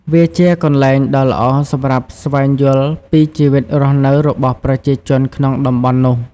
វាជាកន្លែងដ៏ល្អសម្រាប់ស្វែងយល់ពីជីវិតរស់នៅរបស់ប្រជាជនក្នុងតំបន់នោះ។